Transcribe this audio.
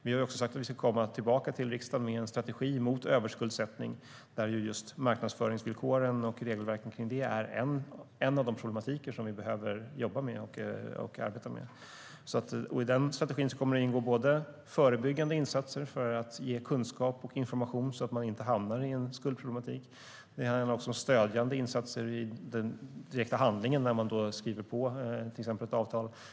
Vi har sagt att vi ska komma tillbaka till riksdagen med en strategi mot överskuldsättning, där marknadsföringsvillkoren och regelverken kring det är en av de problematiker som vi behöver arbeta med. I strategin kommer det att ingå förebyggande insatser som ska ge kunskap och information, så att man inte hamnar i en skuldproblematik, och stödjande insatser i den direkta handlingen när man till exempel skriver på ett avtal.